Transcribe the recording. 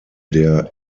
der